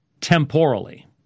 temporally